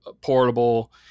Portable